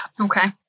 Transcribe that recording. Okay